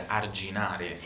arginare